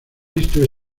visto